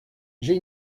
j’ai